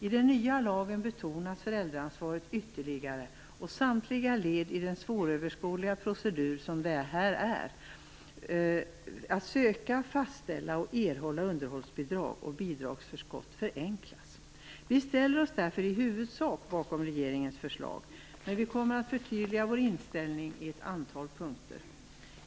I den nya lagen betonas föräldraansvaret ytterligare, och samtliga led i den svåröverskådliga procedur som det är att söka, fastställa och erhålla underhållsbidrag och bidragsförskott förenklas. Vi ställer oss därför i huvudsak bakom regeringens förslag, men vi kommer att förtydliga vår inställning på ett antal punkter.